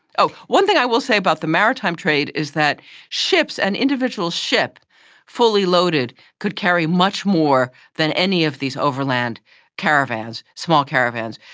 one thing i will say about the maritime trade is that ships, an individual ship fully loaded could carry much more than any of these overland caravans, small caravans.